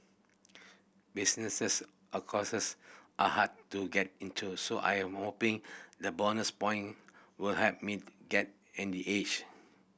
businesses a courses are hard to get into so I am hoping the bonus point will help me get any edge